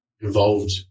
involved